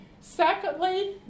Secondly